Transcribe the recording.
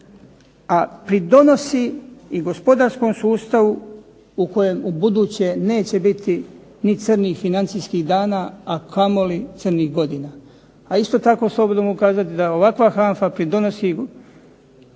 a pridonosi i gospodarskom sustavu u kojem ubuduće neće biti ni crnih financijskih dana, a kamoli crnih godina. A isto tako slobodno mogu kazati da ovakva HANFA pridonosi razvoju